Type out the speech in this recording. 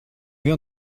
wir